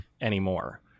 anymore